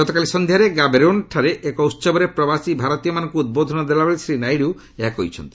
ଗତକାଲି ସନ୍ଧ୍ୟାରେ ଗାବେରୋନେ ଠାରେ ଏକ ଉତ୍ସବରେ ପ୍ରବାସୀ ଭାରତୀୟମାନଙ୍କୁ ଉଦ୍ବୋଧନ ଦେଲାବେଳେ ଶ୍ରୀ ନାଇଡୁ ଏହା କହିଛନ୍ତି